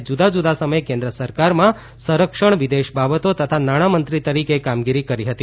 તેમણે જુદાં જુદાં સમયે કેન્દ્ર સરકારમાં સંરક્ષણ વિદેશ બાબતો તથા નાણામંત્રી તરીકે કામગીરી કરી હતી